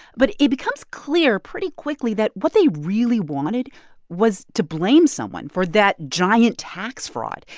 but it becomes clear pretty quickly that what they really wanted was to blame someone for that giant tax fraud.